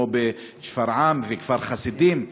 כמו בשפרעם ובכפר חסידים,